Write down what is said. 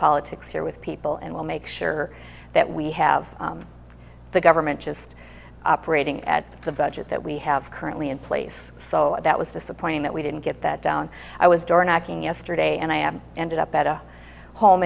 politics here with people and we'll make sure that we have the government just operating at the budget that we have currently in place so that was disappointing that we didn't get that down i was door knocking yesterday and i am ended up at a home